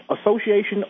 association